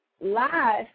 live